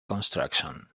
construction